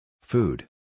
Food